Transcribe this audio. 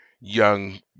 Young